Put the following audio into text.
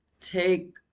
take